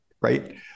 right